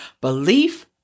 belief